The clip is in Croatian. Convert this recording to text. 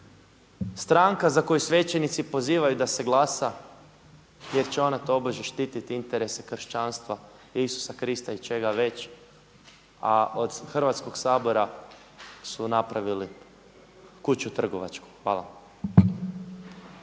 stranka za koju svećenici pozivaju da se glasa jer će ona tobože štititi interese kršćanstva, Isusa Krista i čega već, a od Hrvatskog sabora su napravili kuću trgovačku. Hvala.